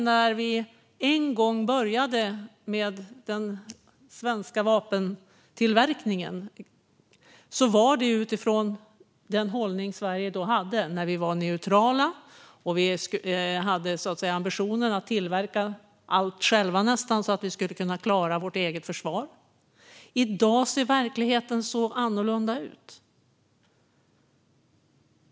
När vi en gång började med den svenska vapentillverkningen var det utifrån den hållning som Sverige då hade. Vi var neutrala och hade ambitionen att tillverka nästan allt själva, så att vi skulle klara vårt eget försvar. I dag ser verkligheten så annorlunda ut.